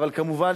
אבל כמובן,